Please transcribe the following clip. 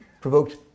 provoked